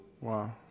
Wow